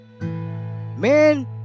man